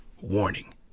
Warning